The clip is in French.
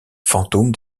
fantôme